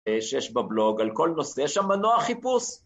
שיש בבלוג על כל נושא, יש שם מנוע חיפוש.